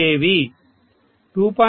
4 KV 2